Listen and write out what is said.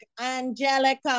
Angelica